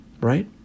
Right